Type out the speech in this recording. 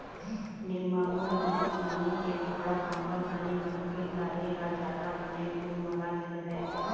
निरमामुल इहीं पोनी के कपड़ा, कंबल, दरी बनाबे त ए ह जादा बने गुन वाला नइ रहय